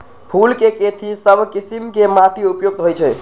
फूल के खेती सभ किशिम के माटी उपयुक्त होइ छइ